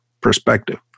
perspective